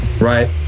right